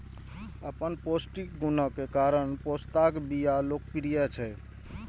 अपन पौष्टिक गुणक कारण पोस्ताक बिया लोकप्रिय छै